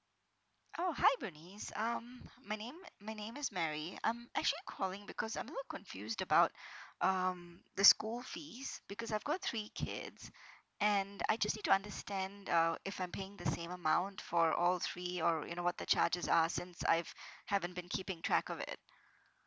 oh hi bernice um my name my name is mary I'm actually calling because I'm a little confused about um the school fees because I've got three kids and I just need to understand uh if I'm paying the same amount for all three or you know what the charges are since I've haven't been keeping track of it